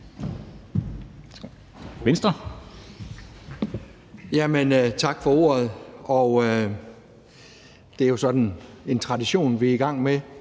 (V): Jamen tak for ordet. Det er jo sådan en tradition, vi er i gang med,